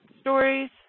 stories